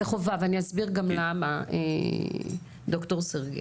זה חובה, ואני אסביר גם למה, ד"ר סרגיי.